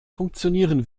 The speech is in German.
funktionieren